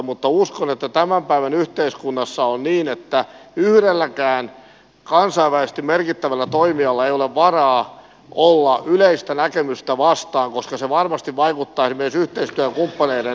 mutta uskon että tämän päivän yhteiskunnassa on niin että yhdelläkään kansainvälisesti merkittävällä toimijalla ei ole varaa olla yleistä näkemystä vastaan koska se varmasti vaikuttaa esimerkiksi yhteistyökumppaneiden saatavuuteen ja harkintaan